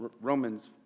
Romans